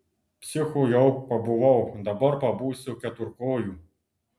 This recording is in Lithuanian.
psichu jau pabuvau dabar pabūsiu keturkoju